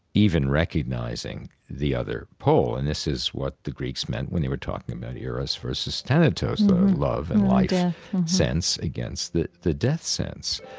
even recognizing the other pole. and this is what the greeks meant when they were talking about eros versus thanatos, the love and life sense against the the death sense.